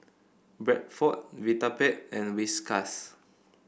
Bradford Vitapet and Whiskas